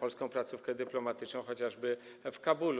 polską placówkę dyplomatyczną chociażby w Kabulu.